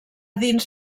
dins